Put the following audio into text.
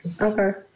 Okay